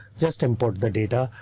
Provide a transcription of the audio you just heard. just import the data,